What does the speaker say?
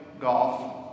golf